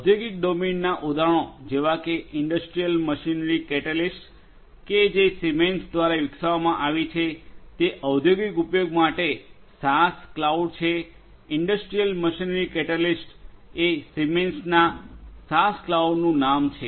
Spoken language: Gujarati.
ઓંદ્યોગિક ડોમેનનાં ઉદાહરણો જેવા કે ઇન્ડસ્ટ્રિયલ મશીનરી કેટેલિસ્ટ કે જે સિમેન્સ દ્વારા વિકસાવવામાં આવી છે તે ઓંદ્યોગિક ઉપયોગ માટે સાસ ક્લાઉડ છે ઇન્ડસ્ટ્રિયલ મશીનરી કેટેલિસ્ટ એ સિમેન્સના સાસ ક્લાઉડનું નામ છે